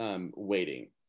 waiting